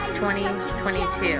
2022